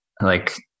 like-